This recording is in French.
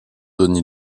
donné